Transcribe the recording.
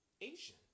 Asian